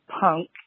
punk